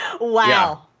wow